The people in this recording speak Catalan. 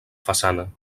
façana